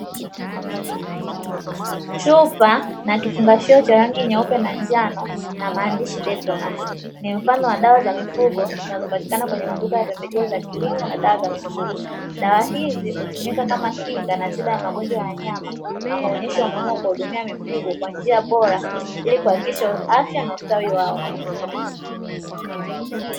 Chupa na kifungashio cha rangi nyeupe na njano, na maandishi "dectomax". Ni mfano wa dawa za mifugo zinazopatikana kwenye maduka ya pembejeo za kilimo na dawa za mifugo. Dawa hizi hutumika kama kinga na tiba ya magonjwa ya wanyama na huonyesha umuhimu wa kuwahudumia mifugo kwa njia bora ili kuhakikisha afya na ustawi wao.